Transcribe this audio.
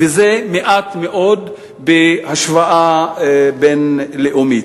וזה מעט מאוד בהשוואה בין-לאומית.